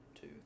two